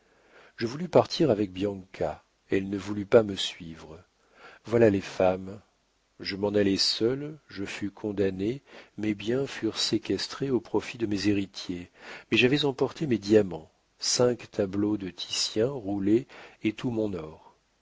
je voulus partir avec bianca elle ne voulut pas me suivre voilà les femmes je m'en allai seul je fus condamné mes biens furent séquestrés au profit de mes héritiers mais j'avais emporté mes diamants cinq tableaux de titien roulés et tout mon or